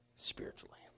spiritually